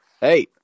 Hey